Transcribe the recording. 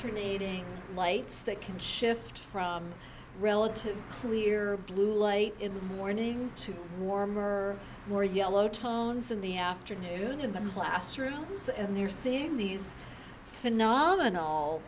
alternating lights that can shift from relative clear blue light in the morning to warmer more yellow tones in the afternoon in the classrooms and they're seeing these phenomenal